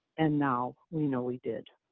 and now, we know we did.